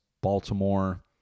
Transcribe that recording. Baltimore